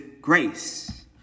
grace